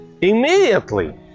immediately